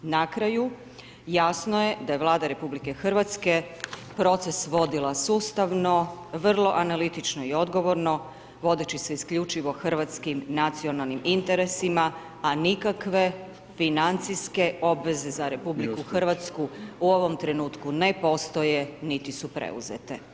Na kraju, jasno je da je Vlada Republike Hrvatske proces vodila sustavno, vrlo analitično i odgovorno, vodeći se isključivo hrvatskim nacionalnim interesima, a nikakve financijske obveze za RH, u ovom trenutku ne postoje niti su preuzete.